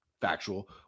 factual